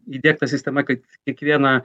įdiegta sistema kad kiekvieną